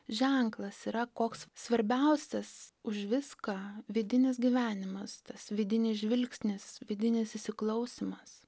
ženklas yra koks svarbiausias už viską vidinis gyvenimas tas vidinis žvilgsnis vidinis įsiklausymas